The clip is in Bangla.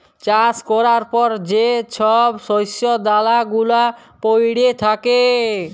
চাষ ক্যরার পর যে ছব শস্য দালা গুলা প্যইড়ে থ্যাকে